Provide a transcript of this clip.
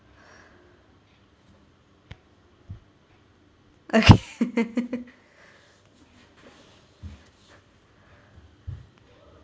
okay